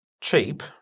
cheap